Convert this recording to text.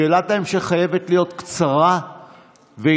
שאלת ההמשך חייבת להיות קצרה ועניינית.